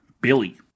Billy